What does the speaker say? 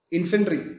Infantry